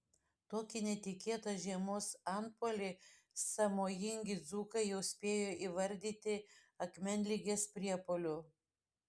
tokį netikėtą žiemos antpuolį sąmojingi dzūkai jau spėjo įvardyti akmenligės priepuoliu